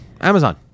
Amazon